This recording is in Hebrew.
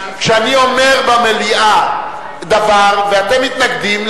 כשאני אומר במליאה דבר ואתם מתנגדים,